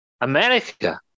America